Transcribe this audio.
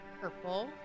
purple